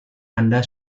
anda